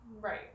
Right